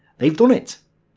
they've done it.